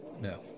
No